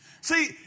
See